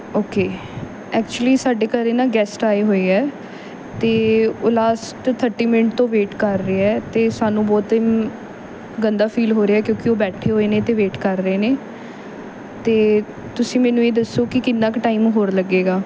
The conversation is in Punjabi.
ਓਕੇ ਐਕਚੁਲੀ ਸਾਡੇ ਘਰ ਨਾ ਗੈਸਟ ਆਏ ਹੋਏ ਹੈ ਅਤੇ ਉਹ ਲਾਸਟ ਥਰਟੀ ਮਿੰਟ ਤੋਂ ਵੇਟ ਕਰ ਰਹੇ ਹੈ ਅਤੇ ਸਾਨੂੰ ਬਹੁਤਾ ਹੀ ਗੰਦਾ ਫੀਲ ਹੋ ਰਿਹਾ ਕਿਉਂਕਿ ਉਹ ਬੈਠੇ ਹੋਏ ਨੇ ਅਤੇ ਵੇਟ ਕਰ ਰਹੇ ਨੇ ਅਤੇ ਤੁਸੀਂ ਮੈਨੂੰ ਇਹ ਦੱਸੋ ਕਿ ਕਿੰਨਾ ਕੁ ਟਾਈਮ ਹੋਰ ਲੱਗੇਗਾ